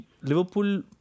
Liverpool